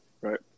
Right